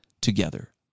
together